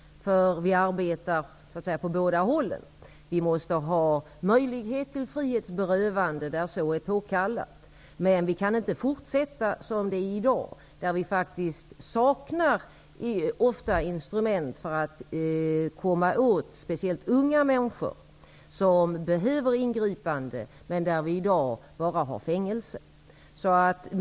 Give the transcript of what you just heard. Vi arbetar så att säga från båda hållen. Det måste finnas möjlighet till frihetsberövande där så är påkallat. Men vi kan inte fortsätta som i dag, då det ofta saknas instrument för att komma åt speciellt unga människor som behöver ett ingripande. I dag finns det bara fängelse.